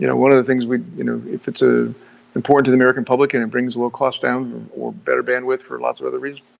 you know one of the things, you know if it's ah important to the american public and it brings a little cost down or better bandwidth for lots of other reasons,